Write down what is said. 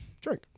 drink